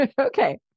Okay